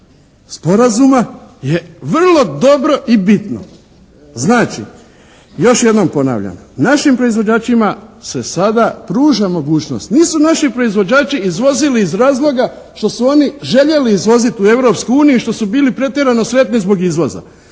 sporazuma je vrlo dobro i bitno. Znači, još jednom ponavljam, našim proizvođačima se sada pruža mogućnost. Nisu naši proizvođači izvozili iz razloga što su oni željeli izvoziti u Europsku uniju i što su bili pretjerano sretni zbog izvoza.